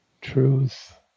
Truth